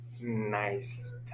nice